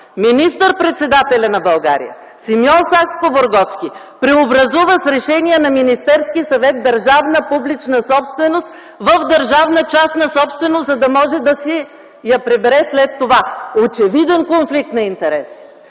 министър-председателят на България Симеон Сакскобургготски преобразува с решение на Министерския съвет държавна публична собственост в държавна частна собственост, за да може да си я прибере след това. Очевиден конфликт на интереси.